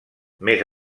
més